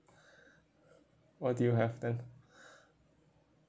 what do you have then